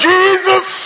Jesus